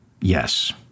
Yes